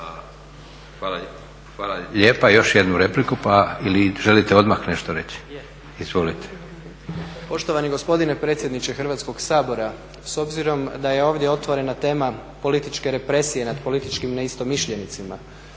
Hvala lijepa. Još jednu repliku pa, ili želite odmah nešto reći? Izvolite.